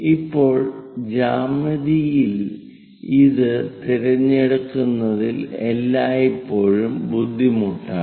ഇപ്പോൾ ജ്യാമിതിയിൽ ഇത് തിരഞ്ഞെടുക്കുന്നതിൽ എല്ലായ്പ്പോഴും ബുദ്ധിമുട്ടാണ്